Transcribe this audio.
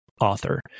author